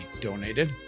donated